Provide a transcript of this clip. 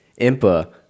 impa